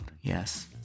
Yes